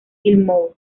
gilmour